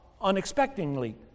unexpectedly